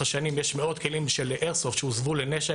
השנים שיש מאות כלים של איירסופט שהוסבו לנשק,